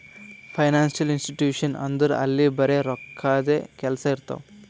financial institution ಅಂದುರ್ ಅಲ್ಲಿ ಬರೆ ರೋಕ್ಕಾದೆ ಕೆಲ್ಸಾ ಇರ್ತಾವ